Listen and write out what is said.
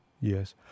Yes